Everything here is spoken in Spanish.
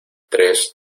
tres